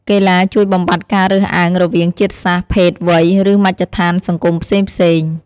កីឡាជួយបំបាត់ការរើសអើងរវាងជាតិសាសន៍ ភេទ វ័យ ឬមជ្ឈដ្ឋានសង្គមផ្សេងៗ។